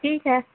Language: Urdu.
ٹھیک ہے